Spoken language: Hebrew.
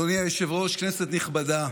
אדוני היושב-ראש, כנסת נכבדה,